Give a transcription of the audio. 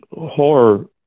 horror